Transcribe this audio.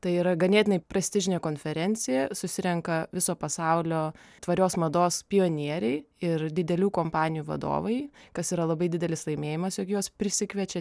tai yra ganėtinai prestižinė konferencija susirenka viso pasaulio tvarios mados pionieriai ir didelių kompanijų vadovai kas yra labai didelis laimėjimas jog juos prisikviečia